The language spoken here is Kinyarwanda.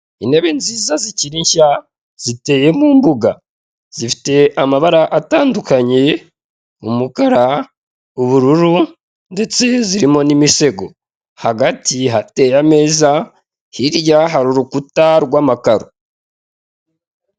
Intebe nziza zikiri nshya ziteye mu mbuga , zifite amabara atandukanye umukara, ubururu ndetse zirimo n'imisego, hagati hafite ameza hirya hari urukuta rw'amakaro.